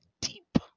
deep